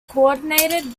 coordinated